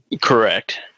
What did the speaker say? Correct